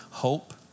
hope